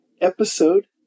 episode